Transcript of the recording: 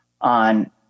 on